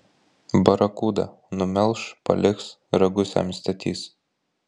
barakuda numelš paliks ragus jam įstatys